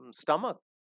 stomach